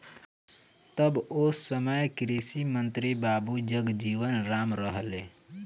तब ओ समय कृषि मंत्री बाबू जगजीवन राम रहलें